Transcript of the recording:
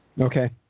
Okay